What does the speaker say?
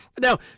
Now